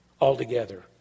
altogether